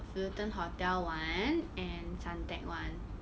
fullerton hotel [one] and suntec [one]